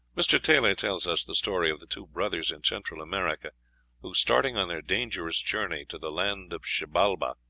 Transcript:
mr. tylor tells us the story of the two brothers in central america who, starting on their dangerous journey to the land of xibalba,